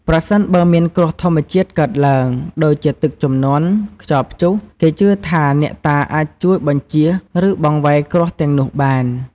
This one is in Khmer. ប្រសិនបើមានគ្រោះធម្មជាតិកើតឡើង ដូចជាទឹកជំនន់ ខ្យល់ព្យុះ គេជឿថាអ្នកតាអាចជួយ បញ្ចៀស ឬបង្វែរគ្រោះទាំងនោះបាន។